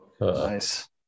Nice